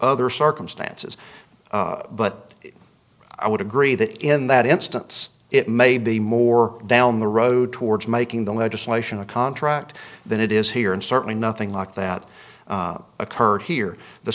other circumstances but i would agree that in that instance it may be more down the road towards making the legislation a contract than it is here and certainly nothing like that occurred here the